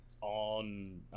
on